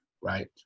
right